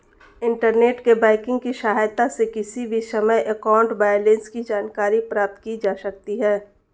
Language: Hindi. इण्टरनेंट बैंकिंग की सहायता से किसी भी समय अकाउंट बैलेंस की जानकारी प्राप्त की जा सकती है